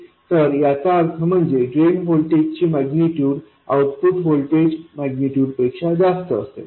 तर याचा अर्थ म्हणजे ड्रेन व्होल्टेज ची मैग्निटूड आउटपुट व्होल्टेज मैग्निटूड पेक्षा जास्त असेल